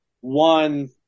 one